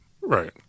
Right